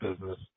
business